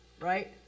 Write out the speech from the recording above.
right